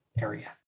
area